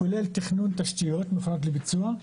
כולל תכנון תשתיות מפורט לביצוע,